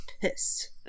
pissed